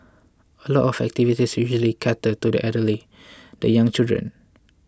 a lot of activities usually cater to the elderly the young children